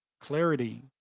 clarity